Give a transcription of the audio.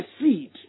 seed